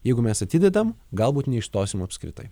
jeigu mes atidedam galbūt neišstosim apskritai